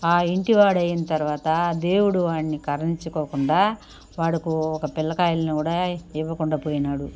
ఇంటివాడయినా తర్వాత దేవుడు వాడిని కరణించకోకుండా వాడుకు ఒక పిల్లకాయలను కూడా ఇవ్వకుండా పోయినాడు